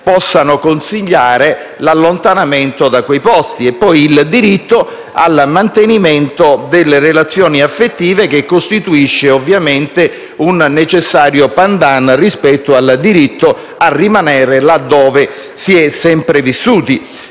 possano consigliare l'allontanamento da quei posti; e poi il diritto al mantenimento delle relazioni affettive che costituisce un necessario *pendant* rispetto al diritto a rimanere là dove si è sempre vissuti.